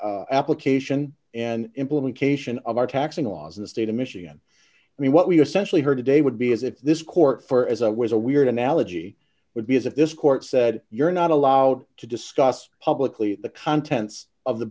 the application and implementation of our taxing laws in the state of michigan i mean what we especially heard today would be as if this court for as was a weird analogy would be as if this court said you're not allowed to discuss publicly the contents of the